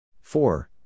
Four